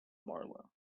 marlow